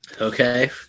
Okay